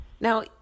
Now